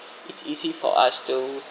it's easy for us to